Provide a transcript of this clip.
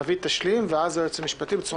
נוית נגב תשלים ואז היועץ המשפטי בצורה